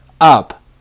up